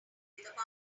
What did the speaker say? contract